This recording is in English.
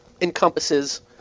encompasses